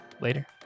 Later